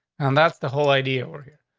and that's the whole idea. or here.